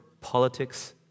politics